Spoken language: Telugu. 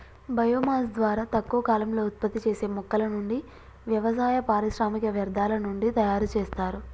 బయో మాస్ ద్వారా తక్కువ కాలంలో ఉత్పత్తి చేసే మొక్కల నుండి, వ్యవసాయ, పారిశ్రామిక వ్యర్థాల నుండి తయరు చేస్తారు